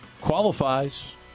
qualifies